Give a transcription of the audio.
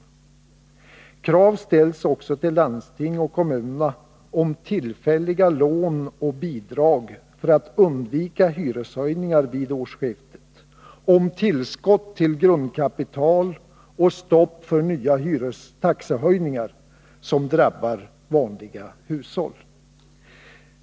För att man skall undvika hyreshöjningar vid årsskiftet ställs det till landsting och kommuner även krav på tillfälliga lån och bidrag, på tillskott till grundkapital och på stopp för de nya taxehöjningar som drabbar vanliga hushåll.